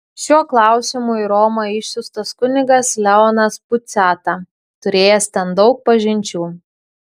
šiuo klausimu į romą išsiųstas kunigas leonas puciata turėjęs ten daug pažinčių